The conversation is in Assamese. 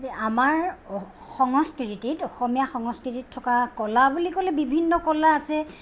আমাৰ সংস্কৃতিত অসমীয়া সংস্কৃতিত থকা কলা বুলি ক'লে বিভিন্ন কলা আছে